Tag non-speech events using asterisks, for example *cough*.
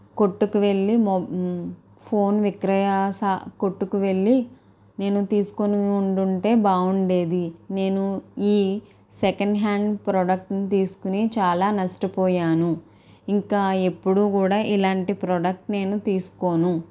కొట్టుకు వెళ్ళీ *unintelligible* ఫోన్ విక్రయ కొట్టుకు వెళ్ళీ నేను తీసుకుని ఉండుంటే బాగుండేది నేను ఈ సెకండ్ హ్యాండ్ ప్రోడక్ట్ని తీసుకుని చాలా నష్టపోయాను ఇంకా ఎప్పుడు కూడా ఇలాంటి ప్రోడక్ట్ నేను తీసుకోను